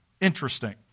Interesting